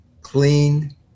clean